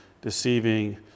deceiving